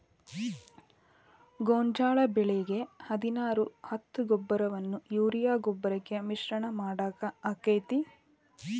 ಗೋಂಜಾಳ ಬೆಳಿಗೆ ಹದಿನಾರು ಹತ್ತು ಗೊಬ್ಬರವನ್ನು ಯೂರಿಯಾ ಗೊಬ್ಬರಕ್ಕೆ ಮಿಶ್ರಣ ಮಾಡಾಕ ಆಕ್ಕೆತಿ?